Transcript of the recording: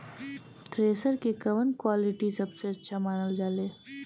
Thresher के कवन quality सबसे अच्छा मानल जाले?